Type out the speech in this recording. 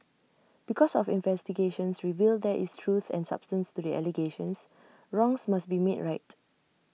because of investigations reveal there is truth and substance to the allegations wrongs must be made right